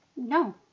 No